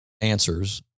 answers